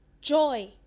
joy